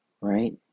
right